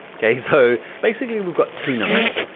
okay, so basically, we've got two numbers.